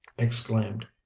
exclaimed